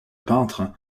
peintre